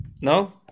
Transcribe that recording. No